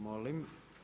Molim.